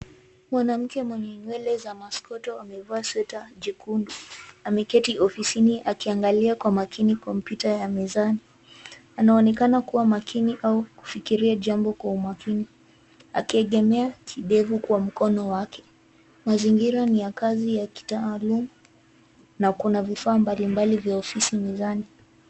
Mwanamke mwenye nywele za masukuto amevaa sweta jekundu. Ameketi ofisini akiangalia kwa makini kompyuta ya mezani. Anaonekana kuwa makini au kufikiria jambo kwa umakini akiegemea kidevu kwa mkono wake. Mazingira ni ya kazi ya kitaaluma na kuna vifaa mbalimbali vya ofisi mezani.